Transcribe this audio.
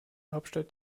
hauptstadt